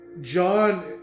John